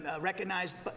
recognized